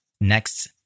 next